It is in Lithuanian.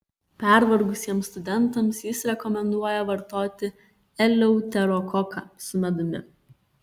pervargusiems studentams jis rekomenduoja vartoti eleuterokoką su medumi